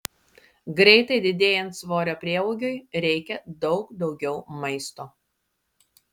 greitai didėjant svorio prieaugiui reikia daug daugiau maisto